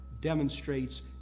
demonstrates